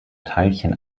teilchen